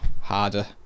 harder